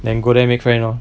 then go there make friend lor